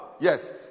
Yes